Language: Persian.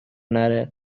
نره